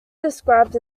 described